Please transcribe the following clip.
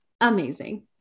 Amazing